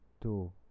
two